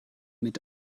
mit